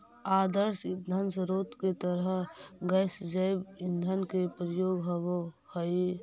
आदर्श ईंधन स्रोत के तरह गैस जैव ईंधन के प्रयोग होवऽ हई